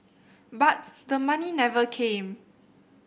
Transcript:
but the money never came